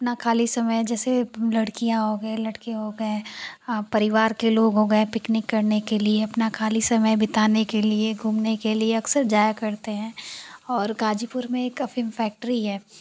अपना खाली समय जैसे लड़कियाँ हो गईं लड़के हो गए परिवार के लोग हो गए पिकनिक करने के लिए अपना खाली समय बिताने के लिए घूमने के लिए अक्सर जाया करते हैं और गाज़ीपुर में एक अफ़ीम फैक्ट्री है